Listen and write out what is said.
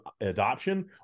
adoption